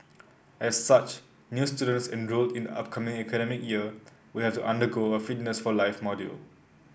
as such new students enrolled in the upcoming academic year will have to undergo a fitness for life module